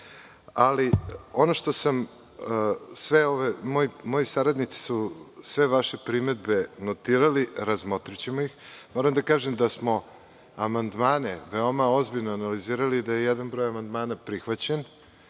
salu na par minuta. Moji saradnici su sve vaše primedbe notirali i razmotrićemo ih. Moram da kažem da smo amandmane veoma ozbiljno analizirali i da je jedan broj amandmana prihvaćen